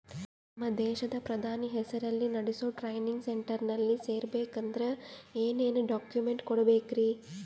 ನಮ್ಮ ದೇಶದ ಪ್ರಧಾನಿ ಹೆಸರಲ್ಲಿ ನೆಡಸೋ ಟ್ರೈನಿಂಗ್ ಸೆಂಟರ್ನಲ್ಲಿ ಸೇರ್ಬೇಕಂದ್ರ ಏನೇನ್ ಡಾಕ್ಯುಮೆಂಟ್ ಕೊಡಬೇಕ್ರಿ?